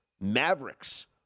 Mavericks